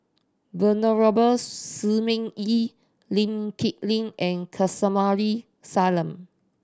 Venerable Shi Ming Yi Lee Kip Lin and Kamsari Salam